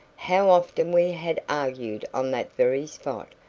how often we had argued on that very spot!